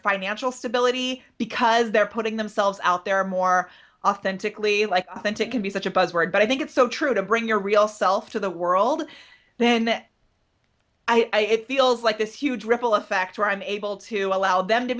financial stability because they're putting themselves out there are more authentically like i think it can be such a buzzword but i think it's so true to bring your real self to the world then it feels like this huge ripple effect where i'm able to allow them to